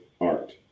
art